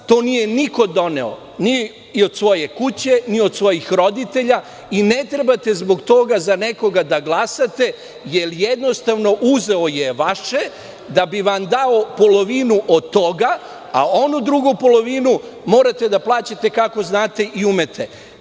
To nije niko doneo, ni od svoje kuće, ni od svojih roditelja i ne trebate zbog toga za nekoga da glasate, jer jednostavno uzeo je vaše da bim dao polovinu od toga, a onu drugu polovinu morate da plaćate kako znate i umete.